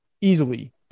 easily